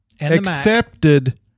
accepted